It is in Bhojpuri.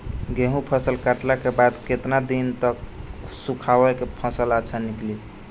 गेंहू फसल कटला के बाद केतना दिन तक सुखावला से फसल अच्छा निकली?